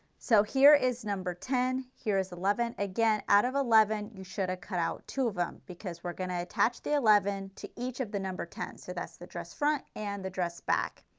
so here is number ten, here is eleven again out of eleven, you should cut out two of them because we are going to attach the eleven to each of the number ten. so that's the dress front and the dress back.